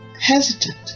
hesitant